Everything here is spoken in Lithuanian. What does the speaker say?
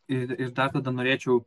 ir ir dar tada norėčiau